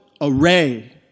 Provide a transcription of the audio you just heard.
array